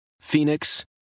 Phoenix